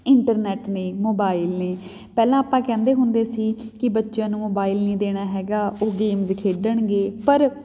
internet ਨੇ mobile ਨੇ ਪਹਿਲਾਂ ਆਪਾਂ ਕਹਿੰਦੇ ਹੁੰਦੇ ਸੀ ਕਿ ਬੱਚਿਆਂ ਨੂੰ ਮੋਬਾਈਲ ਨਹੀਂ ਦੇਣਾ ਹੈਗਾ ਉਹ ਗੇਮਸ ਖੇਡਣਗੇ ਪਰ